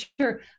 sure